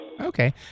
Okay